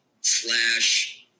slash